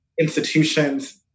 institutions